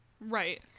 Right